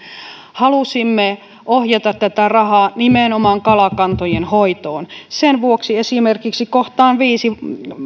halusimme ohjata tätä rahaa nimenomaan kalakantojen hoitoon sen vuoksi esimerkiksi kohtaan viiden